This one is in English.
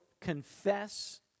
confess